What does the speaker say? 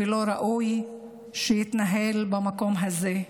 ולא ראוי שיתנהל במקום הזה.